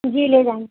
جی لے جائیں گے